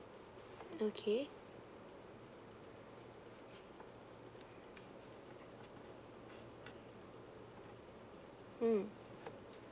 okay mm